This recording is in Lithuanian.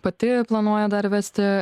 pati planuoja dar įvesti